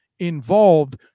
involved